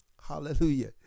Hallelujah